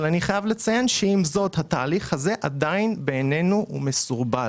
אבל אני חייב לציין שעם זאת התהליך הזה עדיין בעינינו מסורבל.